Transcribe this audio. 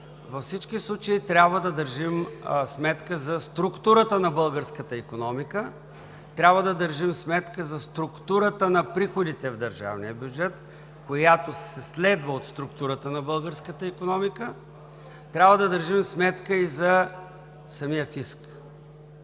във всички случаи трябва да държим сметка за структурата на българската икономика, трябва да държим сметка за структурата на приходите в държавния бюджет, която се следва от структурата на българската икономика, трябва да държим сметка и за самия фиск.